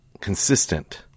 consistent